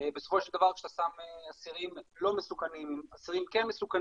בסופו של דבר כשאתה שם אסירים לא מסוכנים עם אסירים מסוכנים,